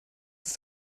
ist